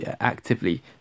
actively